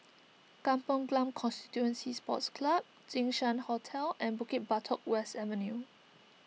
Kampong Glam Constituency Sports Club Jinshan Hotel and Bukit Batok West Avenue